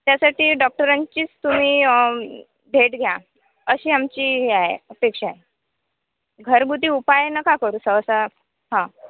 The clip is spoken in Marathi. त्यासाठी डॉक्टरांचीच तुम्ही भेट घ्या अशी आमची हे आहे अपेक्षा आहे घरगुती उपाय नका करू सहसा हां